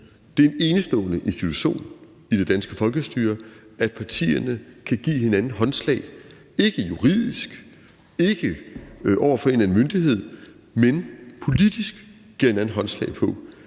Det er en enestående institution i det danske folkestyre, hvor partierne kan give hinanden håndslag – ikke juridisk, ikke over for en eller anden myndighed, men politisk – på, at vi